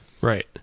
Right